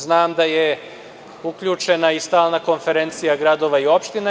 Znam da je uključena i Stalna konferencija gradova i opština.